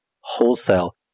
wholesale